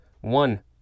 One